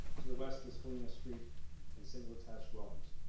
to the west is helena street and single detached dwellings.